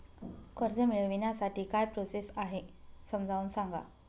कर्ज मिळविण्यासाठी काय प्रोसेस आहे समजावून सांगा